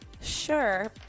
Sure